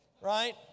right